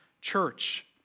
church